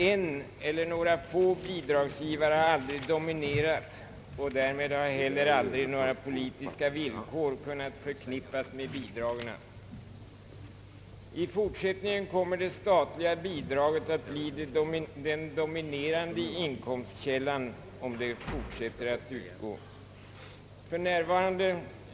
En eller några få bidragsgivare har aldrig dominerat, och därmed har heller aldrig några politiska villkor kunnat förknippas med bidragen. I fortsättningen kommer det statliga bidraget att bli den dominerande inkomstkällan om det fortsätter att utgå.